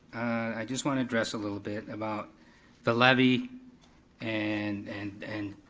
i just wanna address a little bit, about the levy and and and